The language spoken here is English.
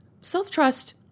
Self-trust